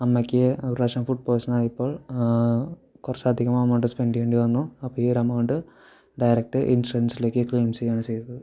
അമ്മയ്ക്ക് ഒരു പ്രാവശ്യം ഫുഡ് പോയിസണായപ്പോൾ കുറച്ചധികം എമൗണ്ട് സ്പെൻഡെയ്യേണ്ടി വന്നു അപ്പോള് ഈ ഒരെമൗണ്ട് ഡയറക്റ്റ് ഇൻഷുറൻസിലേക്ക് ക്ലെയിം ചെയ്യുവാണ് ചെയ്തത്